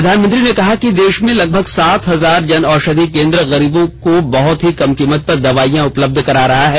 प्रधानमंत्री ने कहा कि देश में लगभग सात हजार जन औषधि केन्द्र गरीबों को बहुत ही कम कीमत पर दवाईयां उपलब्ध करा रहा है